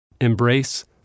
Embrace